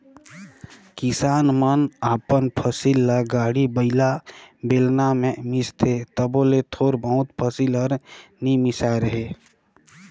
किसान मन अपन फसिल ल गाड़ी बइला, बेलना मे मिसथे तबो ले थोर बहुत फसिल हर नी मिसाए रहें